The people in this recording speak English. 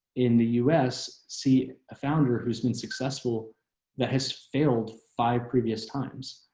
in the us, see a founder, who's been successful that has failed five previous times